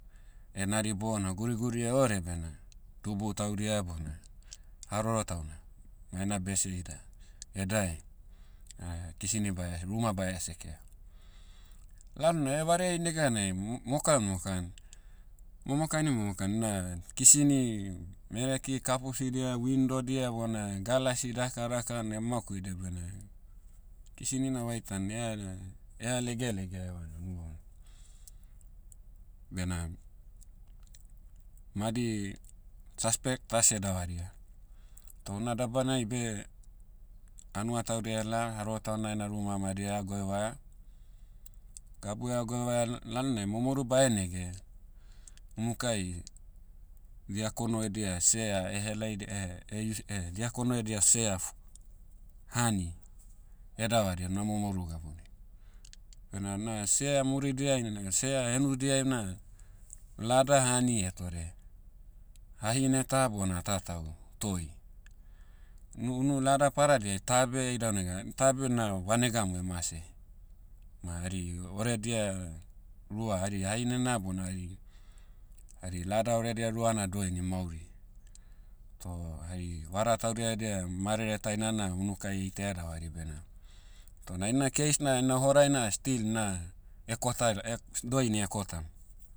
Enari bona guriguri eore bena, dubu taudia bona, haroro tauna, ma ena bese ida, edae, kisini bae- ruma baea sekea. Lalnai vareai neganai m- mokan mokan- momokani momokani na, kisini, mereki kapusidia windodia bona galasi daka daka na emakoidia bena, kisinina vaitan eha legelegea evana unu bamon. Bena, madi, suspect ta seh davaria. Toh una dabanai beh, hanua taudia ela haroro tauna ena ruma madi eha goevaea. Gabu ha'goevaea l- lalonai momoru bae nege, unukai, diakono edia sea ehelaida- ehe- eheis- eh- diakono edia f- hani, edavaria na momoru gabunai. Bena na sea muridiain- sea henudiai na, lada hani hetore. Hahine ta bona tatau, toi. Unu- unu lada padadiai ta beh idau nega- ta beh na vanega mo emase. Ma hari oredia, rua hari hahinena bona hari- hari lada oredia rua na doini mauri. Toh hari vada taudia edia marere taina na unukai eitaia davari bena, toh na ina case na ina horai na still na, kota- eh- doini kotam.